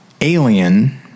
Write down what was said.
Alien